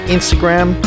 Instagram